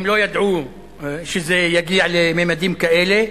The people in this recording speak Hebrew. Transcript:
הם לא ידעו שזה יגיע לממדים כאלה.